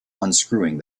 unscrewing